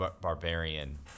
barbarian